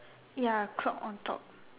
ya clock on top